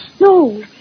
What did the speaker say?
No